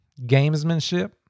gamesmanship